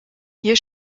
hier